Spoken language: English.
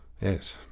Yes